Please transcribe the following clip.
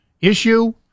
issue